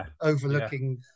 overlooking